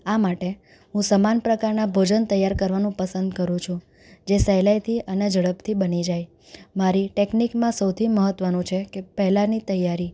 આ માટે હું સમાન પ્રકારના ભોજન તૈયાર કરવાનું પસંદ કરું છું જે સહેલાઈથી અને ઝડપથી બની જાય મારી ટેકનિકમાં સૌથી મહત્ત્વનું છે કે પહેલાંની તૈયારી